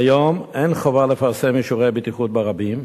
כיום אין חובה לפרסם אישורי בטיחות ברבים,